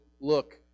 look